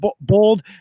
bold